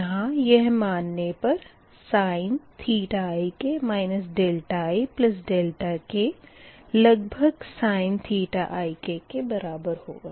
यहाँ यह मान ने पर sin ik ik sin ik होगा